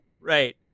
right